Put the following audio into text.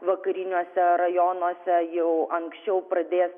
vakariniuose rajonuose jau anksčiau pradės